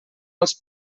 als